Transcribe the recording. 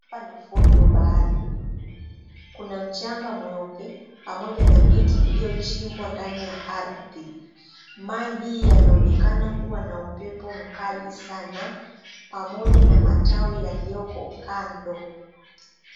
Hapa ni ufuoni mwa bahari kuna mchanga mweupe pamoja na miti iliyochimbwa ndani ya ardhi. Maji yanaonekana kuwa na upepo mkali sana pamoja na matawi yaliyoko kando.